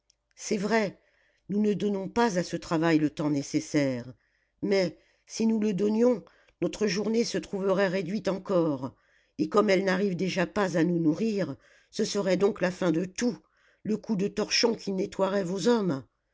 c'est vrai nous ne donnons pas à ce travail le temps nécessaire mais si nous le donnions notre journée se trouverait réduite encore et comme elle n'arrive déjà pas à nous nourrir ce serait donc la fin de tout le coup de torchon qui nettoierait vos hommes